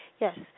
yes